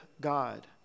God